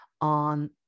on